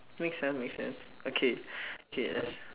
make sense make sense okay okay let's